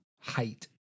height